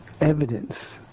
evidence